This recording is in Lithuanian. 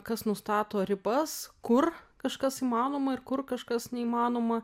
kas nustato ribas kur kažkas įmanoma ir kur kažkas neįmanoma